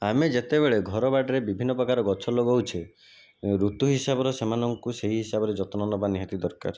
ଆମେ ଯେତେବେଳେ ଘର ବାଡ଼ିରେ ବିଭିନ୍ନ ପ୍ରକାର ଗଛ ଲଗାଉଛେ ଋତୁ ହିସାବରେ ସେମାନଙ୍କୁ ସେହି ହିସାବରେ ଯତ୍ନ ନେବା ନିହାତି ଦରକାର